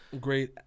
Great